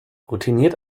routiniert